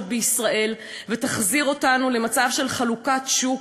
בישראל ותחזיר אותנו למצב של חלוקת שוק,